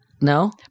No